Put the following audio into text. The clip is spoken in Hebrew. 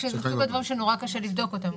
זה רק מסוג הדברים שנורא קשה לבדוק אותם,